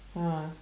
ah